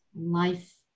life